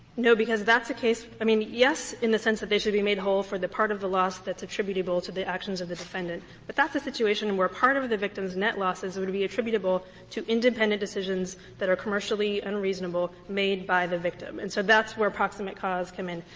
no, because that's a case i mean, yes, in the sense that they should be made whole for the part of the loss that's attributable to the actions of the defendant. but that's a situation and where part of of the victim's net losses would be attributable to independent decisions that are commercially unreasonable made by the victim and so that's where proximate cause come in.